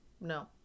No